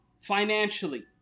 financially